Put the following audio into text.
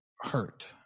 hurt